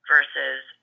versus